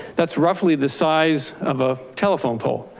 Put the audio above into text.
that's roughly the size of a telephone pole.